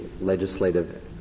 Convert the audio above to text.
legislative